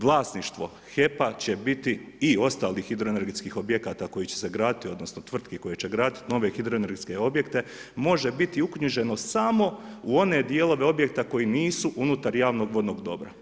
Vlasništvo HEP-a će biti i ostalih hidroenergetskih objekata koji će se graditi odnosno tvrtki koje će graditi nove hidroenergetske objekte, može biti uknjiženo samo u one dijelove objekta koji nisu unutar javnog vodnog dobra.